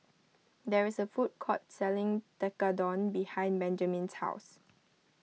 there is a food court selling Tekkadon behind Benjamin's house